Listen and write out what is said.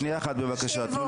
שנייה אחת, בבקשה.